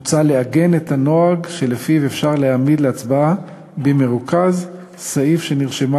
מוצע לעגן את הנוהג שלפיו אפשר להעמיד להצבעה במרוכז סעיף שנרשמה